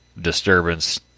disturbance